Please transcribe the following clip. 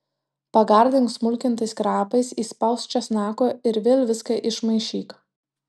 pagardink smulkintais krapais įspausk česnako ir vėl viską išmaišyk